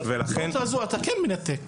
אתה כן מנתק.